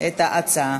את ההצעה.